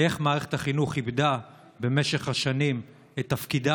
איך מערכת החינוך איבדה במשך השנים את תפקידה